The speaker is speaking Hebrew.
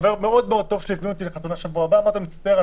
חבר מאוד טוב שלי הזמין אותי לחתונה בשבוע הבא ואמרתי לו שאני מצטער,